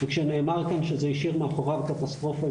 וכשנאמר כאן שזה השאיר מאחוריו קטסטרופה,